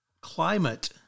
climate